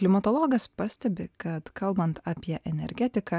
klimatologas pastebi kad kalbant apie energetiką